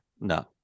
no